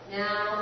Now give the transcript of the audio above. now